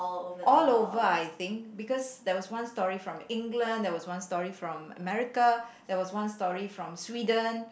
all over I think because there was one story from England there was one story from America there was one story from Sweden